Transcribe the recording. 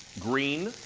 green.